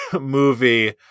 movie